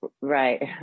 Right